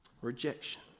rejection